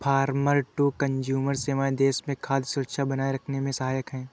farmer to consumer सेवाएं देश में खाद्य सुरक्षा बनाए रखने में सहायक है